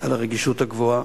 על הרגישות הגבוהה,